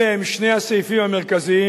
אלה הם שני הסעיפים המרכזיים.